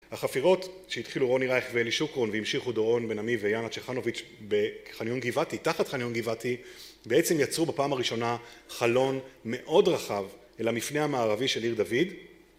החפירות שהתחילו רוני רייך ואלי שוקרון, והמשיכו דורון בנעמי ויאנה צ'חנוביץ' בחניון גבעתי, תחת חניון גבעתי, בעצם יצרו בפעם הראשונה חלון מאוד רחב אל המפנה המערבי של עיר דוד